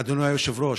אדוני היושב-ראש,